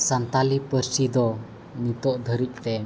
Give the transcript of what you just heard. ᱥᱟᱱᱛᱟᱲᱤ ᱯᱟᱹᱨᱥᱤ ᱫᱚ ᱱᱤᱛᱚᱜ ᱫᱷᱟᱹᱨᱤᱡᱛᱮ